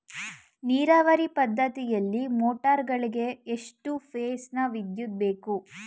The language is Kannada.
ನೀರಾವರಿ ಪದ್ಧತಿಯಲ್ಲಿ ಮೋಟಾರ್ ಗಳಿಗೆ ಎಷ್ಟು ಫೇಸ್ ನ ವಿದ್ಯುತ್ ಬೇಕು?